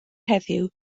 heddiw